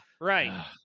Right